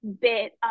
bit